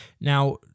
now